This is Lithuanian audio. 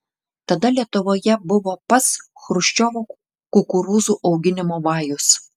tada lietuvoje buvo pats chruščiovo kukurūzų auginimo vajus